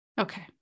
Okay